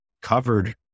covered